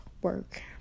work